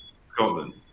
scotland